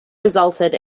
resulted